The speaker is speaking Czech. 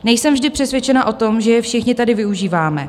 Nejsem vždy přesvědčena o tom, že je všichni tady využíváme.